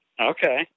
okay